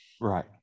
right